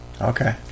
Okay